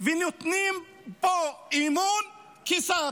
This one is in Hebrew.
ונותנים בו אמון כשר,